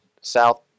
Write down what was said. south